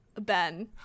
Ben